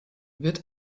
wird